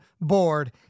Board